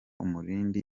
umurindi